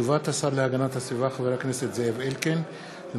הודעת השר להגנת הסביבה זאב אלקין על